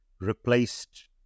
replaced